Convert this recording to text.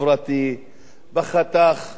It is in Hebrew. בחתך של מנהיגות,